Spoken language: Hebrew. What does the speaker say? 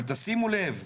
אבל תשימו לב,